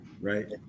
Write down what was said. Right